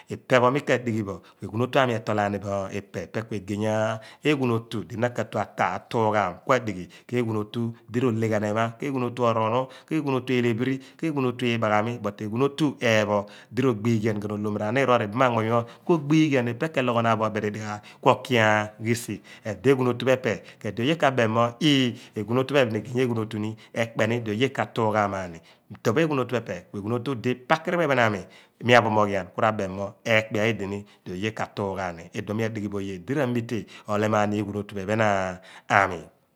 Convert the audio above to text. Ipe pho mi ka dighi bo ku eghunotu aami ke tol aani bo ipe ipe ku egey eghunotu di na ka tu ata atuughaam ku adighi, ke eghunotu di rohle ghan ehma ke egnunotu oruonu, ke eghunotu elephiri ke eghunotu iibaghami but eghunotu eephu di rogbiighian ghan, ohlom r'ahnir r'ibam anmuny pho ko gbiighi ghian ipe ke logh naan bo bidi dighaagh ku oki ghisigh edo eghunotu pho eepe ku edi oye ka bem mo ii eghunotu pho ephen egey eghunotu ni, ekpe ni di oye ka tuughaam aani edo pho eghunotu pho epe ku eghmotu di pakiri pho ephen aami di mi aphoomoghian ku mi ra bem mo eekpia edini di oye ka tuugha aani idipho mi adighi bo oye di ramite bo ohlem aani eghunotu pho ephen aami